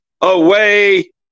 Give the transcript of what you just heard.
away